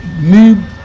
need